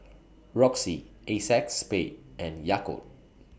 Roxy Acex Spade and Yakult